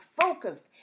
focused